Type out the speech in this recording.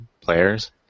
players